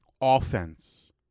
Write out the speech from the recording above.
offense